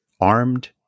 armed